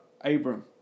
Abram